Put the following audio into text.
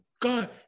God